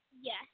Yes